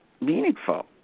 meaningful